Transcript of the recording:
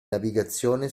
navigazione